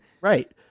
Right